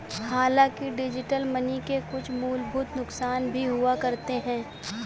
हांलाकि digital money के कुछ मूलभूत नुकसान भी हुआ करते हैं